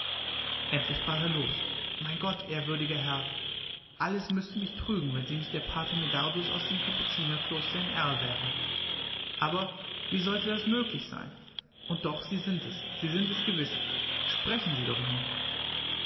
endlich brach er los mein gott ehrwürdiger herr alles müßte mich trügen wenn sie nicht der pater medardus aus dem kapuzinerkloster in r wären aber wie sollte das möglich sein und doch sie sind es sie sind es gewiß sprechen sie doch nur